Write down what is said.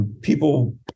People